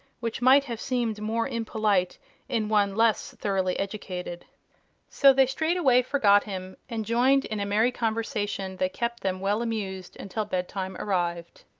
which might have seemed more impolite in one less thoroughly educated so they straightway forgot him and joined in a merry conversation that kept them well amused until bed-time arrived.